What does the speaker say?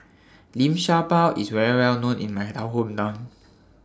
Liu Sha Bao IS very Well known in My Town Hometown